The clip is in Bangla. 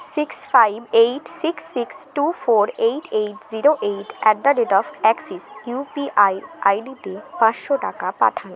six five eight six six two four eight eight zero eight at the rate of Axis UPI আইডিতে পাঁচশো টাকা পাঠান